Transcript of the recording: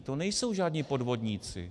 To nejsou žádní podvodníci.